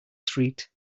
street